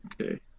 Okay